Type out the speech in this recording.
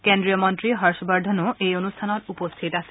কেন্দ্ৰীয় মন্ত্ৰী হৰ্ষবৰ্ধনো এই অনুষ্ঠানত উপস্থিত আছিল